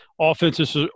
offenses